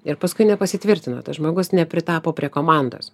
ir paskui nepasitvirtino tas žmogus nepritapo prie komandos